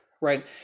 right